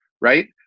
right